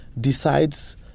decides